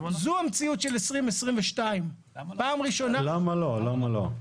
זו המציאות של 2022. למה לא?